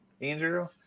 Andrew